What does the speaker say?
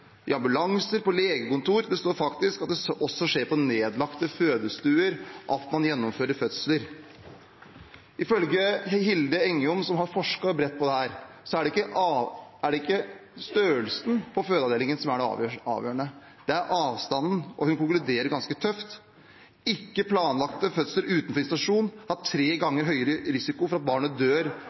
i ambulanser, på legekontor, og det står faktisk at man også gjennomfører fødsler i nedlagte fødestuer. Ifølge Hilde Engjom, som har forsket bredt på dette, er det ikke størrelsen på fødeavdelingen som er det avgjørende, men avstanden, og hun konkluderer ganske tøft: Ikke planlagte fødsler utenfor institusjon har tre ganger høyere risiko for at barnet dør